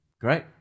great